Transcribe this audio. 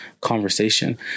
conversation